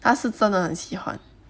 他是真的很喜欢